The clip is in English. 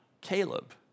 Caleb